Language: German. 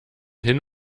hin